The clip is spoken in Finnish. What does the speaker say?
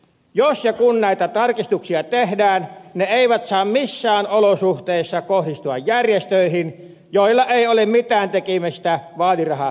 jos ja kun näitä tarkistuksia tehdään ne eivät saa missään olosuhteissa kohdistua järjestöihin joilla ei ole mitään tekemistä vaalirahajupakan kanssa